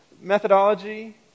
methodology